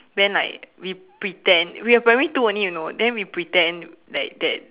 then like we pretend we were primary two only you know then we pretend like that